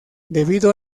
debido